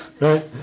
right